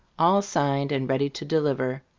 all signed and ready to deliver.